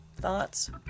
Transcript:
thoughts